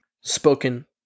spoken